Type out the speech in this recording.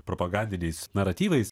propagandiniais naratyvais